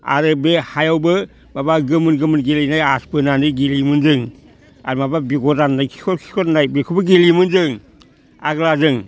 आरो बे हायावबो माबा गोमोन गोमोन गेलेनाय आस बोनानै गेलेयोमोन जों आर माबा बेगर राननाय खिखर खिखर होननाय बेखौबो गेलेयोमोन जों आग्ला जों